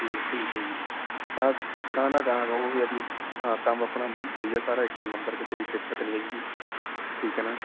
ਠੀਕ ਠੀਕ ਹੈ ਜੀ ਹਾਂ ਨਾ ਨਾ ਅਗਾਂਹ ਉਹ ਹੀ ਅ ਵੀ ਹਾਂ ਕੰਮ ਆਪਣਾ ਵਧੀਆ ਸਾਰਾ ਇੱਕ ਨੰਬਰ 'ਚ ਕੋਈ ਦਿੱਕਤ ਨਹੀਂ ਹੈਗੀ ਗੀ ਠੀਕ ਹੈ ਨਾ